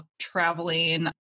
traveling